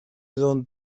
don